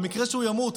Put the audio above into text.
במקרה שהוא ימות,